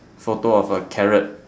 photo of a carrot